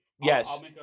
Yes